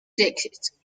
digits